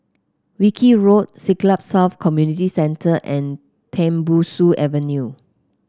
Wilkie Road Siglap South Community Centre and Tembusu Avenue